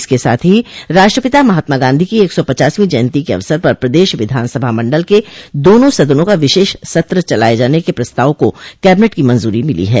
इसके साथ ही राष्ट्रपिता महात्मा गॉधी की एक सौ पचासवीं जयंती के अवसर पर प्रदेश विधान सभा मण्डल के दोनों सदनों का विशेष सत्र चलाये जाने के प्रस्ताव को कैबिनेट की मंजूरी मिली है